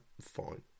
fine